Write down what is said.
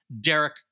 Derek